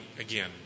again